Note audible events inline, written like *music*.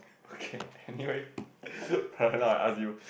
okay I knew it *laughs* right now I ask you